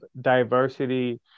diversity